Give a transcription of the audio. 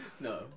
No